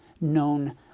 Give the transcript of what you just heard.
known